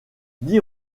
dix